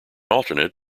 alternate